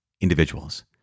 individuals